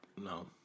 No